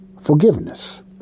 forgiveness